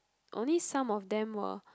only some of them were